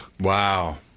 Wow